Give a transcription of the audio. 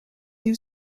you